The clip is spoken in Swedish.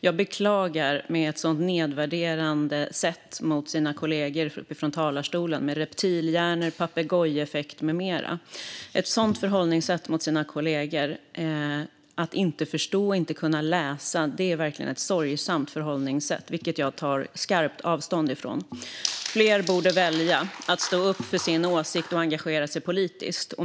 Jag beklagar ett sådant nedvärderande sätt mot kollegorna från talarstolen; det talas om reptilhjärnor, papegojeffekt med mera. Ett sådant förhållningssätt mot sina kollegor - att hävda att de inte skulle kunna förstå eller kunna läsa - är verkligen sorgesamt, och jag tar skarpt avstånd från det. Fler borde välja att stå upp för sin åsikt och engagera sig politiskt.